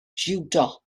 jiwdo